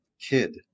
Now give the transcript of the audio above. kid